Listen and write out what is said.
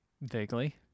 vaguely